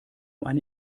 eine